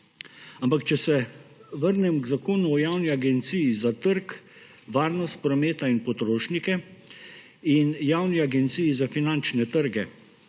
Ampak, če se vrnem k Zakonu o Javni agenciji za trg, varnost prometa in potrošnike in Javni agenciji za finančne trge,